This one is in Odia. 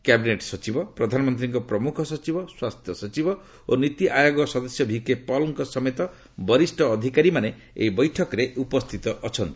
କ୍ୟାବିନେଟ୍ ସଚିବ ପ୍ରଧାନମନ୍ତ୍ରୀଙ୍କ ପ୍ରମୁଖ ସଚିବ ସ୍ୱାସ୍ଥ୍ୟସଚିବ ଓ ନୀତିଆୟୋଗ ସଦସ୍ୟ ଭିକେପଲ୍ଙ୍କ ସମେତ ବରିଷ୍ଣ ଅଧିକାରୀମାନେ ଏହି ବୈଠକରେ ଉପସ୍ଥିତ ଅଛନ୍ତି